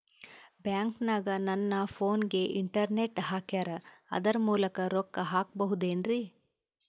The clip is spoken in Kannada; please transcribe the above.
ಬ್ಯಾಂಕನಗ ನನ್ನ ಫೋನಗೆ ಇಂಟರ್ನೆಟ್ ಹಾಕ್ಯಾರ ಅದರ ಮೂಲಕ ರೊಕ್ಕ ಹಾಕಬಹುದೇನ್ರಿ?